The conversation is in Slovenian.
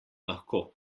lahko